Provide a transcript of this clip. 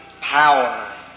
power